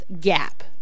Gap